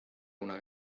una